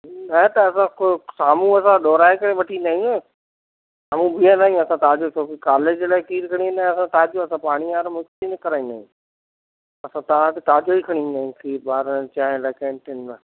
न त असां साम्हूं असां दोराए करे वठी ईंदा आहियूं न त ॿींहर असांजी ताज़ो छोकी कालेज लाइ खीर खणी ईंदा आहियूं उहा ताज़ो असां पाणी वारो मिक्स न कराईंदा आहियूं असां तव्हांखे ताज़ो ई खणी ईंदा आहियूं ॿारनि जे लाइ कैंटिन मां